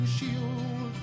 Shield